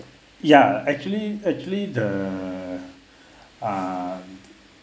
ya actually actually the um